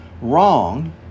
wrong